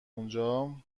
اونجا